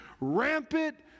Rampant